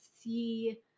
see